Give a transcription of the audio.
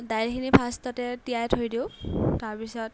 দাইলখিনি ফাৰ্ষ্টতে তিয়াই থৈ দিওঁ তাৰপিছত